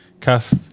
cast